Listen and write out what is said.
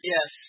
Yes